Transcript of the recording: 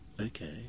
Okay